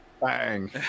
Bang